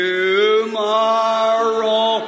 Tomorrow